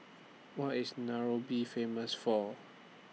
What IS Nairobi Famous For